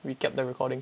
we kept the recording